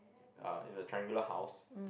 ah in a triangular house